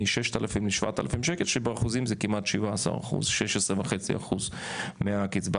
מ-6,000-7,000 שקלים שבאחוזים זה כ-16.5% מהקצבה.